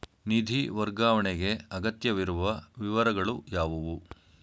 ನಿಧಿ ವರ್ಗಾವಣೆಗೆ ಅಗತ್ಯವಿರುವ ವಿವರಗಳು ಯಾವುವು?